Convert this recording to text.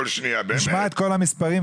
לימור,